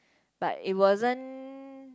but it wasn't